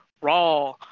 raw